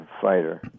fighter